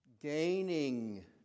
gaining